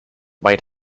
might